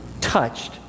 touched